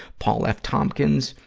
paul f. thompkins,